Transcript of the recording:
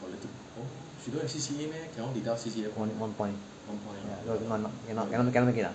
one point cannot cannot cannot make it lah